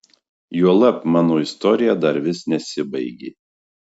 juolab mano istorija dar vis nesibaigė